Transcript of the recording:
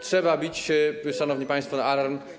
Trzeba bić, szanowni państwo, na alarm.